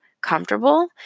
comfortable